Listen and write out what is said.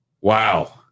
Wow